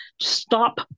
stop